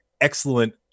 excellent